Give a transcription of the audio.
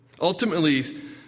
Ultimately